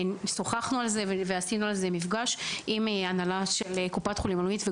לנו מפגש בנושא עם הנהלת קופת חולים לאומית.